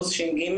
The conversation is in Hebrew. עוז ש.ג.